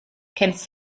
kennst